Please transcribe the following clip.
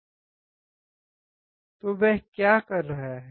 तो वह क्या कर रहा है